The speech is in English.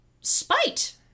Spite